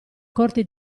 corte